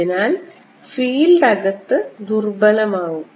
അതിനാൽ ഫീൽഡ് അകത്ത് ദുർബലമാകും